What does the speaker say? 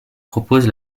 propose